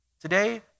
Today